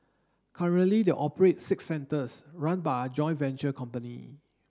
currently they operate six centres run by a joint venture company